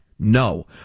No